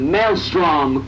Maelstrom